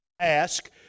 ask